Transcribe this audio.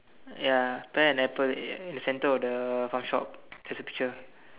ya pear and apple in the center of the farm shop there's a picture